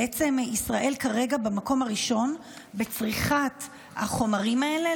בעצם ישראל כרגע במקום הראשון בצריכת החומרים האלה,